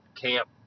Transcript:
Camp